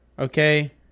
Okay